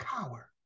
coward